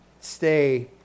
stay